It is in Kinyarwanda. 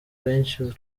benshi